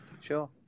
Sure